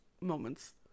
moments